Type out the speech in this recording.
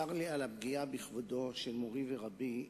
צר לי על הפגיעה בכבודו של מורי ורבי,